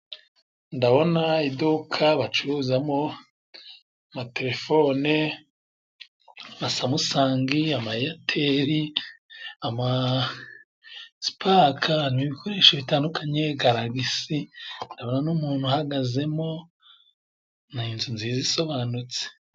Ndabona iduka bacuruzamo amatelefone, amasamusange, amayeyateri, amasipaki n'ibikoresho bitandukanye, garagisi Ndabona n'umuntu uhagazemo, ni inzu nziza isobanutse.